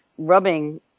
rubbing